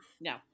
No